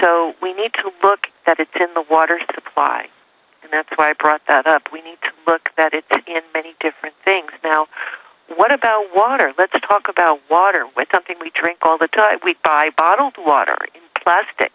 so we need to book that it's in the water supply and that's why i brought that up we need to look that it in many different things now what about water let's talk about water with something we treat all the time we buy bottled water plastic